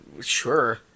sure